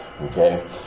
Okay